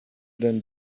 than